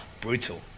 brutal